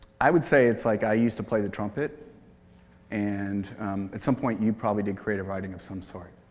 i would say it's like, i used to play the trumpet and at some point, you probably did creative writing of some sort.